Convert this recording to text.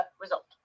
result